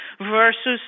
versus